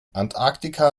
antarktika